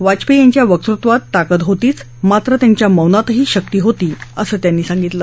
वाजपेयी यांच्या वकृत्वात ताकद होतीच मात्र त्यांच्या मौनातही शक्ती होती असं त्यांनी सांगितलं